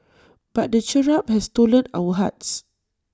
but the cherub has stolen our hearts